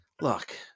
Look